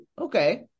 okay